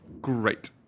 Great